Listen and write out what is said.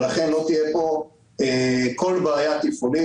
ולכן לא תהיה פה כל בעיה תפעולית.